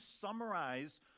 summarize